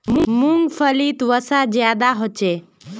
मूंग्फलीत वसा ज्यादा होचे